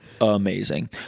Amazing